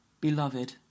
Beloved